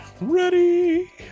Ready